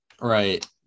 Right